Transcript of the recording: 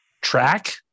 track